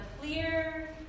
clear